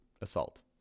assault